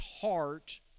heart